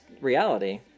reality